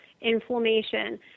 inflammation